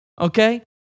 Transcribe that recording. Okay